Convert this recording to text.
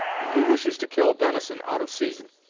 and who wishes to kill venison out of season.